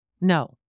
No